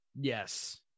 Yes